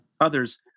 others